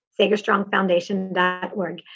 SagerStrongFoundation.org